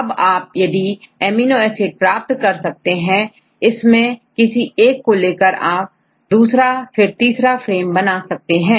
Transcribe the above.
अब आप amino acid प्राप्त कर सकते हैं इस में से किसी एक को लेकर आप दूसरा फिर तीसरा फ्रेम बना सकते हैं